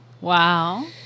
Wow